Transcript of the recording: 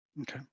okay